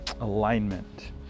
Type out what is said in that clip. alignment